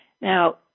Now